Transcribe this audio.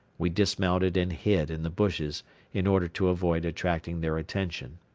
we dismounted and hid in the bushes in order to avoid attracting their attention.